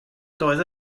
doedd